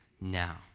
now